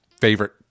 favorite